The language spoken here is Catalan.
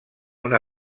una